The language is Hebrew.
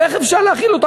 איך אפשר להאכיל אותו?